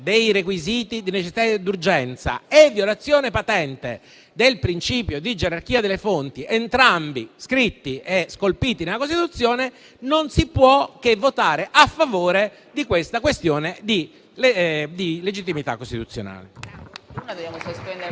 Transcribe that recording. dei requisiti di necessità ed urgenza e la violazione patente del principio di gerarchia delle fonti, entrambi scritti e scolpiti nella Costituzione, non si può che votare a favore della questione di legittimità costituzionale.